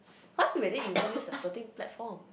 !huh! really even use the Floating Platform